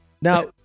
Now